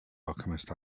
alchemist